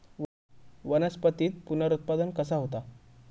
वनस्पतीत पुनरुत्पादन कसा होता?